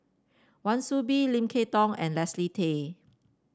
Wan Soon Bee Lim Kay Tong and Leslie Tay